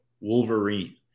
Wolverine